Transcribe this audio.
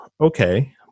okay